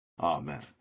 Amen